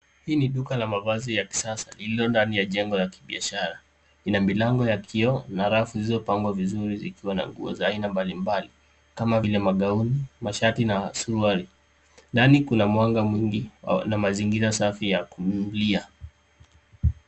Hii ni duka la mavazi ya kisasa lililo ndani ya jengo la kibiashara. Ina milango ya kioo na rafu zilizopangwa vizuri ikiwa na nguo za aina mbalimbali kama vile magauni, masharti na suruali. Ndani kuna mwanga mwingi na mazingira safi ya kumnunulia.